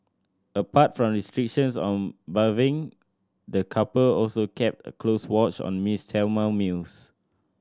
apart from restrictions on bathing the couple also kept a close watch on Miss Thelma's meals